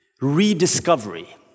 rediscovery